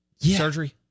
surgery